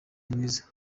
mwiza